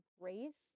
grace